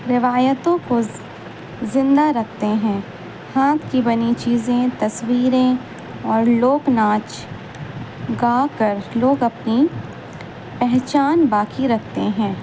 روایتوں کو زندہ رکھتے ہیں ہاتھ کی بنی چیزیں تصویریں اور لوک ناچ گا کر لوگ اپنی پہچان باقی رکھتے ہیں